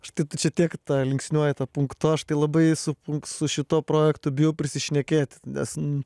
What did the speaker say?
štai tu čia tiek tą linksniuoji tą punkto aš tai labai su pun su šituo projektu bijau prisišnekėt nes n